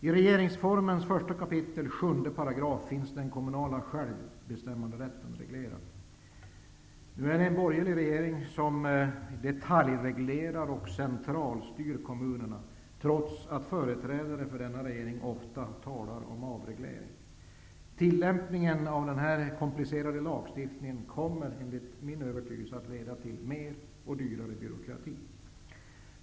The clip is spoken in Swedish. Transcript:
I regeringsformen, 1 kap. 7 §, finns den kommunala självbestämmanderätten reglerad. Nu är det en borgerlig regering som detaljreglerar och centralstyr kommunerna, trots att företrädare för denna regering ofta talar om avreglering. Tillämpningen av den här komplicerade lagstiftningen kommer, enligt min mening, att leda till mer och dyrare byråkrati.